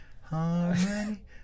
harmony